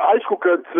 aišku kad